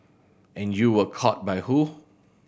and you were caught by who